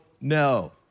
no